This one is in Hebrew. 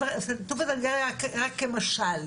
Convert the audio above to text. טובא זנגריה רק כמשל.